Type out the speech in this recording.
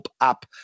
app